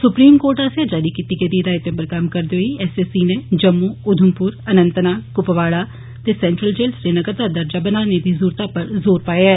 supreme court आस्सेआ जारी कीती गेदी हिदायतें उप्पर कम्म करदे होई एसएसी नै जम्मू उधमपुर अनंतनाग कुपवाड़ा ते सैंट्रल जेल श्रीनगर दा दर्जा बघाने दी जरूरता उप्पर जोर पाया ऐ